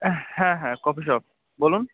হ্যাঁ হ্যাঁ coffee shop বলুন